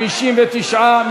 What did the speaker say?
59,